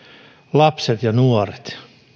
lapset ja nuoret